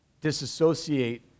disassociate